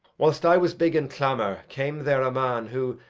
whilst i was big in clamour, came there a man, who,